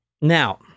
Now